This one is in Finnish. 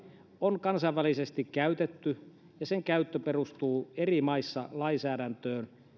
on kansainvälisesti käytetty ja sen käyttö perustuu eri maissa lainsäädäntöön